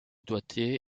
doigté